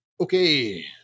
okay